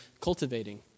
cultivating